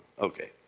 Okay